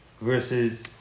Versus